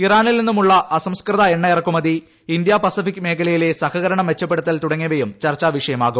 ഇറാനിൽ നിന്നുള്ള അസംസ്കൃത എണ്ണ ഇറക്കുമതി ഇന്ത്യ പസഫിക്ക് മേഖലയിലെ സഹകരണം മെച്ചപ്പെടുത്തൽ തുടങ്ങിയവയും ചർച്ചാ വിഷയമാവും